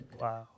Wow